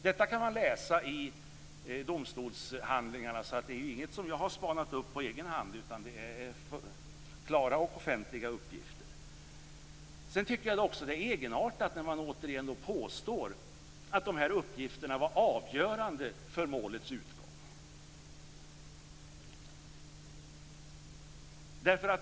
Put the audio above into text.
Detta kan man läsa i domstolshandlingarna, så det är ingenting som jag har spanat upp på egen hand, utan det är klara och offentliga uppgifter. Sedan tycker jag att det är egenartat när man återigen påstår att de här uppgifterna var avgörande för målets utgång.